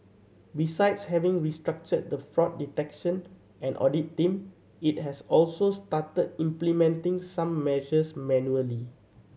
besides having restructured the fraud detection and audit team it has also started implementing some measures manually